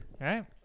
right